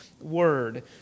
word